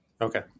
Okay